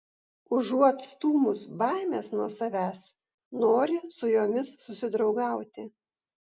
užuot stūmus baimes nuo savęs nori su jomis susidraugauti